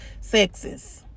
sexes